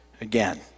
again